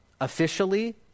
officially